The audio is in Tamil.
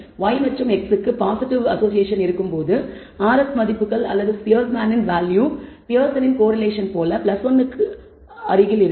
y மற்றும் x க்கு பாசிட்டிவ் அசோசியேஷன் இருக்கும்போது rs மதிப்புகள் அல்லது ஸ்பியர்மேனின் வேல்யூ பியர்சனின் கோரிலேஷன் போல 1 ஆக இருக்கும்